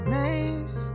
names